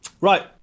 Right